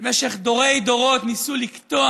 משך דורי-דורות ניסו לקטוע